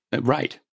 right